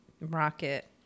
rocket